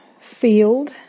field